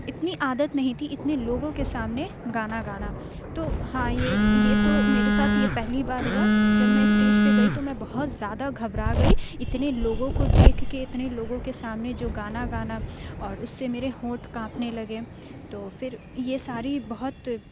اتنی عادت نہیں تھی اتنے لوگوں کے سامنے گانا گانا تو ہاں یہ یہ تو میرے ساتھ یہ پہلی بار ہُوا جب میں اسٹیج پہ گئی تو میں بہت زیادہ گھبرا گئی اتنے لوگوں کو دیکھ کے اتنے لوگوں کے سامنے جو گانا گانا اور اُس سے میرے ہونٹ کانپنے لگے تو پھر یہ ساری بہت